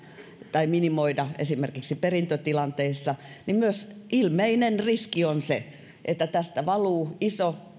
tai minimoida esimerkiksi perintötilanteissa niin ilmeinen riski on myös se että tästä valuu iso